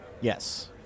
Yes